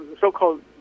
so-called